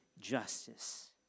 justice